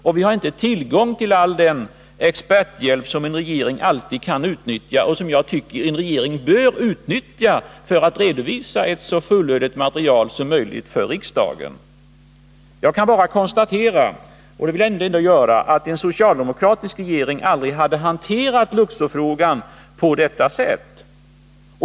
Vi har därför inte tillgång till all den experthjälp som en regering har och som jag tycker att en regering bör utnyttja för att redovisa ett så fullödigt material som möjligt för riksdagen. Jag kan bara konstatera — och det vill jag ändå göra — att en socialdemokratisk regering aldrig hade hanterat Luxorfrågan på detta sätt.